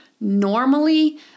normally